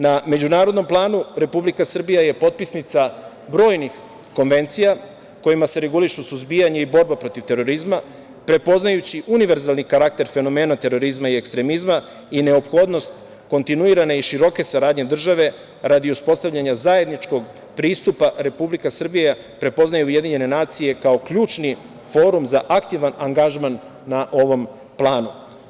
Na međunarodnom planu Republika Srbija je potpisnica brojnih konvencija kojima se regulišu suzbijanje i borba protiv terorizma, prepoznajući univerzalni karakter fenomena terorizma i ekstremizma i neophodnost kontinuirane i široke saradnje države radi uspostavljanja zajedničkog pristupa Republika Srbija prepoznaje UN kao ključni forum za aktivan angažman na ovom planu.